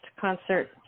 concert